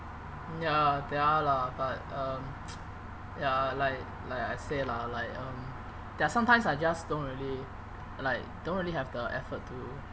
ya there are lah but um ya like like I say lah like um there are sometimes I just don't really like don't really have the effort to